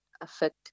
affect